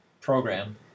program